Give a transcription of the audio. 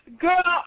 Girl